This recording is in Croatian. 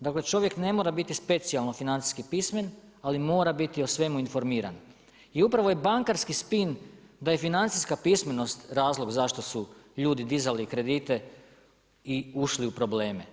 Dakle čovjek ne mora biti specijalno financijski pismen, ali mora biti o svemu informiran i upravo je bankarski spin da je financijska pismenost razlog zašto su ljudi dizali kredite i ušli u probleme.